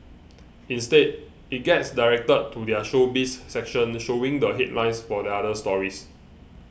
instead it gets directed to their Showbiz section showing the headlines for other stories